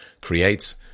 creates